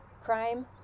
Crime